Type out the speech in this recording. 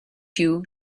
you